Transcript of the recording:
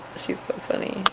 she's so funny,